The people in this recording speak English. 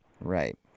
Right